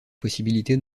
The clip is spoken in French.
possibilité